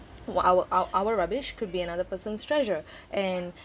wo~ our our our rubbish could be another person's treasure and